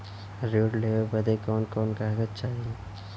ऋण लेवे बदे कवन कवन कागज चाही?